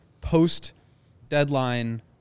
post-deadline